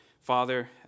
father